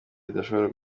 bidashobora